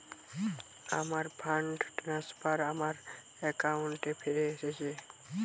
আমার fund transfer আমার অ্যাকাউন্টে ফিরে এসেছে